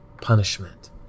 punishment